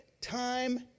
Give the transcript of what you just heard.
Time